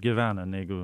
gyvena negu